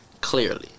Clearly